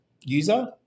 user